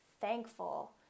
thankful